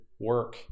work